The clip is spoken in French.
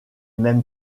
mêmes